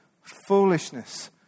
foolishness